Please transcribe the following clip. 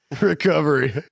Recovery